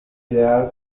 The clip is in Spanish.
ideal